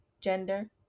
gender